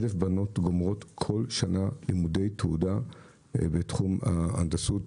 1,000 בנות גומרות כל שנה לימודי תעודה בתחום ההנדסות,